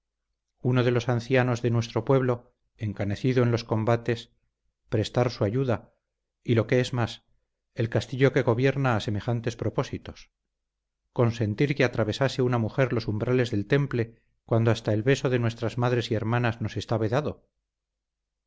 uno de los ancianos de nuestro pueblo encanecido en los combates prestar su ayuda y lo que es más el castillo que gobierna a semejantes propósitos consentir que atravesase una mujer los umbrales del temple cuando hasta el beso de nuestras madres y hermanas nos está vedado